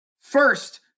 First